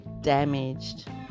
damaged